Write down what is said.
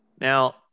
Now